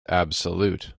absolute